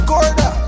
Gorda